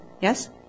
Yes